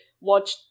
watch